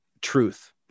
truth